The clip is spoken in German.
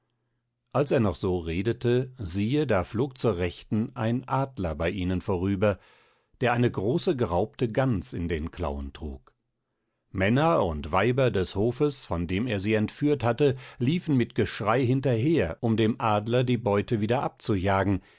als er noch so redete siehe da flog zur rechten ein adler bei ihnen vorüber der eine große geraubte gans in den klauen trug männer und weiber des hofes von dem er sie entführt hatte liefen mit geschrei hinterher um dem adler die beute wieder